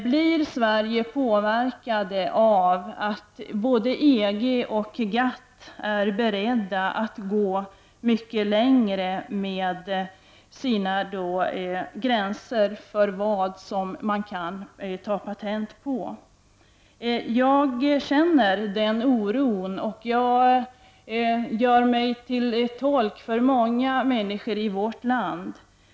Blir Sverige påverkat av att både EG och GATT är beredda att gå mycket längre med sina gränser för vad man kan bevilja patent för? Jag upplever oro i det sammanhanget, och jag gör mig till tolk för många människor i vårt land när jag säger det.